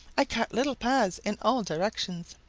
i cut little paths in all directions.